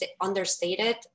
understated